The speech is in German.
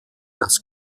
das